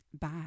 Bye